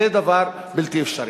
זה דבר בלתי אפשרי.